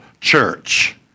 church